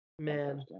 Man